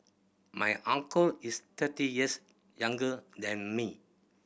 my uncle is thirty years younger than me